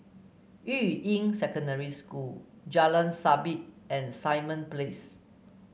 Yuying Secondary School Jalan Sabit and Simon Place